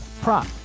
prop